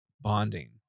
bonding